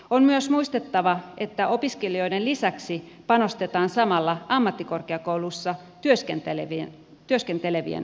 on myös muistettava että opiskelijoiden lisäksi panostetaan samalla ammattikorkeakouluissa työskentelevien työhyvinvointiin